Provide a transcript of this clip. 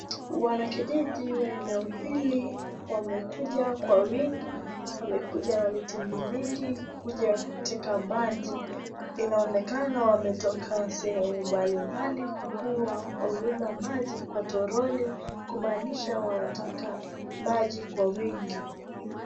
Wanakijiji waeneo hili wamekuja kwa wingi, wamekuja na mitungi mingi kuja kuteka maji, inaonekana wametoka sehemu mbalimbali kwa kuwa wamebeba maji kwa toroli kumaanisha wanataka maji kwa wingi.